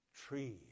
tree